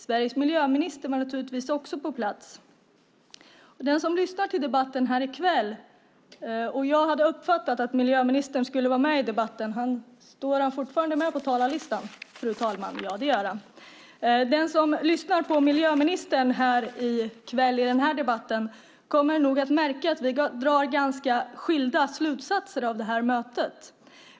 Sveriges miljöminister var naturligtvis också på plats. Den som lyssnar på miljöministern här i kväll i den här debatten kommer nog att märka att vi drar ganska skilda slutsatser av det här mötet.